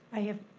i have